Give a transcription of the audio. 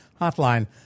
hotline